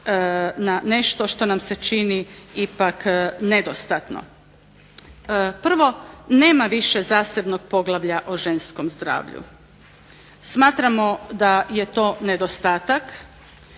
na nešto što nam se čini ipak nedostatno. Prvo, nema više zasebnog poglavlja o ženskom zdravlju. Smatramo da je to nedostatak.